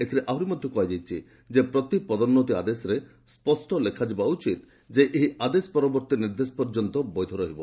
ଏଥିରେ ଆହୁରି କୁହାଯାଇଛି ଯେ ପ୍ରତି ପଦୋନ୍ତି ଆଦେଶରେ ସ୍ୱଷ୍ଟ ଲେଖାଯିବା ଉଚିତ୍ ଯେ ଏହି ଆଦେଶ ପରବର୍ତ୍ତୀ ନିର୍ଦ୍ଦେଶ ପର୍ଯ୍ୟନ୍ତ ବୈଧ ରହିବ